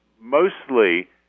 mostly